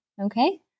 Okay